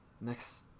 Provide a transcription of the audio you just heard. next